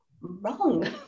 wrong